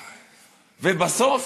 ובסוף,